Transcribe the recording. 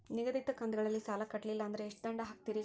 ನಿಗದಿತ ಕಂತ್ ಗಳಲ್ಲಿ ಸಾಲ ಕಟ್ಲಿಲ್ಲ ಅಂದ್ರ ಎಷ್ಟ ದಂಡ ಹಾಕ್ತೇರಿ?